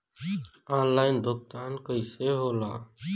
Online भुगतान कईसे होला?